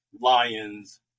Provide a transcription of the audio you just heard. Lions